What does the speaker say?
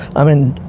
i mean,